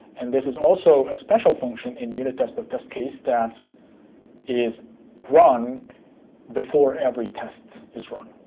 and this is also a special function in unit test of test case that is run before every test is run.